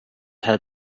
had